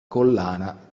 collana